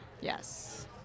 Yes